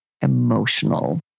emotional